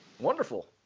Wonderful